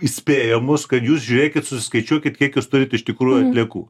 įspėja mus kad jūs žiūrėkit suskaičiuokit kiek jūs turit iš tikrųjų atliekų